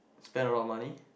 spend a lot of money